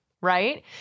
right